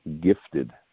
gifted